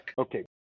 Okay